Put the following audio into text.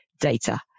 data